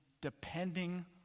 depending